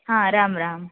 हा रां राम्